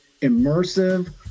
immersive